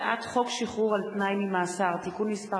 הצעת חוק שחרור על-תנאי ממאסר (תיקון מס'